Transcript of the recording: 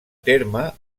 terme